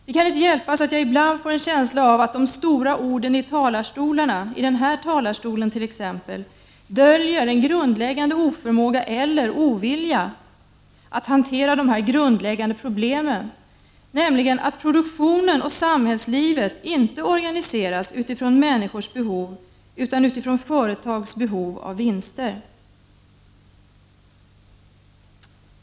Det kan inte hjälpas att jag ibland får en känsla av att de stora orden i talarstolarna — t.ex. i kammarens talarstol — döljer en grundläggande oförmåga eller ovilja att hantera de grundläggande problemen, att produktionen och samhällslivet inte organiseras utifrån människors behov utan utifrån företagens behov av vinster.